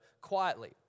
quietly